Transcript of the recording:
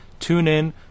TuneIn